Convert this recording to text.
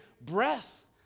breath